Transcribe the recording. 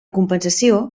compensació